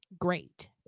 Great